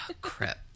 Crap